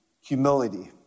humility